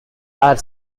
are